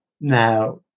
now